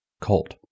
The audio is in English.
cult